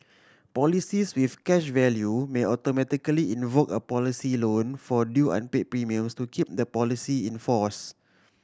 policies with cash value may automatically invoke a policy loan for due unpay premiums to keep the policy in force